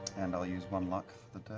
and i'll use one luck